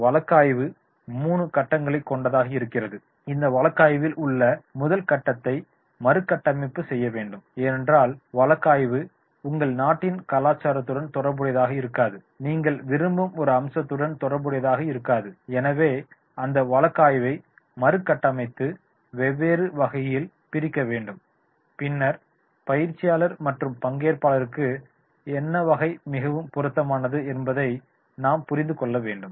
எனவே வழக்கு ஆய்வு 3 கட்டங்களை கொண்டதாக இருக்கிறது இந்த வழக்காய்வில் உள்ள முதல் கட்டத்தை மறுகட்டமைப்பு செய்ய வேண்டும் ஏனென்றால் வழக்காய்வு உங்கள் நாட்டின் கலாச்சாரத்துடன் தொடர்புடையதாக இருக்காது நீங்கள் விரும்பும் ஒரு அம்சத்துடன் தொடர்புடையதாக இருக்காது எனவே அந்த வழக்காய்வை மறுகட்டமைத்து வெவ்வேறு வகைகளில் பிரிக்க வேண்டும் பின்னர் பயிற்சியாளர் மற்றும் பங்கேற்பாளர்க்கு எந்த வகை மிகவும் பொருத்தமானது என்பதை நாம் புரிந்து கொள்ள வேண்டும்